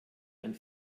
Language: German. ein